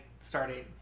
started